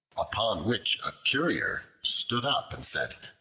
upon which a currier stood up and said,